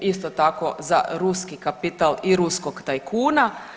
Isto tako za ruski kapital i ruskog tajkuna.